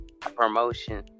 Promotion